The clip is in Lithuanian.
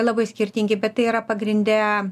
labai skirtingi bet tai yra pagrinde